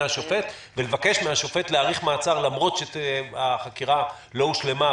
השופט ולבקש ממנו להאריך מעצר למרות שהחקירה לא הושלמה,